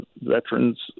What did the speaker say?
veterans